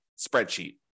spreadsheet